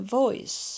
voice